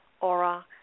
aura